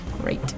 Great